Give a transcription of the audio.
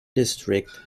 district